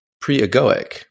pre-egoic